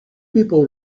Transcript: people